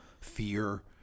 fear